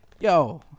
Yo